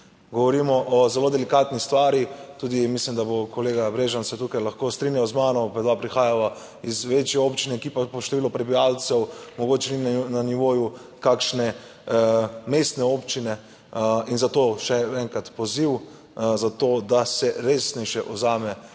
govorimo o zelo delikatni stvari. Tudi mislim, da bo kolega Brežan se tukaj lahko strinjal z mano, oba dva prihajava iz večje občine, ki pa po številu prebivalcev mogoče ni na nivoju kakšne mestne občine. In zato še enkrat poziv za to, da se resnejše vzame